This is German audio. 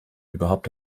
überhaupt